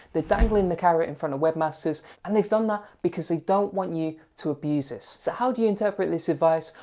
dangling the carrot in front of webmasters, and they've done that because they don't want you to abuse this. so how do you interpret this advice?